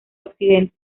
occidente